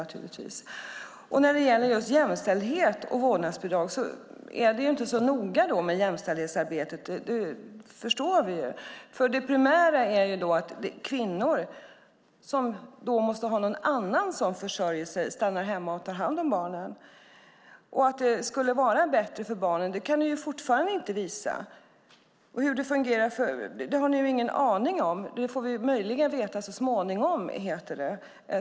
När det gäller just jämställdhet och vårdnadsbidrag är det inte så noga med jämställdhetsarbetet. Det förstår vi. Det primära är att det är kvinnor som måste ha någon annan som försörjer dem som stannar hemma och tar hand om barnen. Att detta skulle vara bättre för barnen kan ni fortfarande inte visa. Det har ni ingen aning om. Det får vi möjligen veta så småningom, heter det.